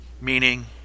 Meaning